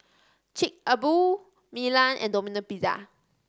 Chic a Boo Milan and Domino Pizza